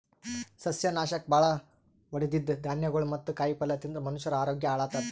ಸಸ್ಯನಾಶಕ್ ಭಾಳ್ ಹೊಡದಿದ್ದ್ ಧಾನ್ಯಗೊಳ್ ಮತ್ತ್ ಕಾಯಿಪಲ್ಯ ತಿಂದ್ರ್ ಮನಷ್ಯರ ಆರೋಗ್ಯ ಹಾಳತದ್